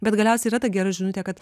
bet galiausiai yra ta gera žinutė kad